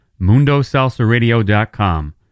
Mundosalsaradio.com